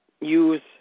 use